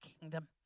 kingdom